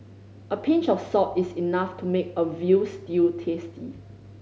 a pinch of salt is enough to make a veal stew tasty